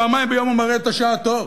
פעמיים ביום הוא מראה את השעה טוב,